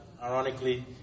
Ironically